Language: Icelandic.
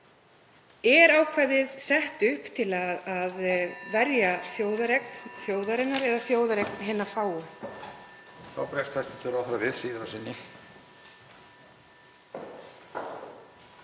Er ákvæðið sett upp til að verja þjóðareign þjóðarinnar eða þjóðareign hinna fáu?